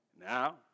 Now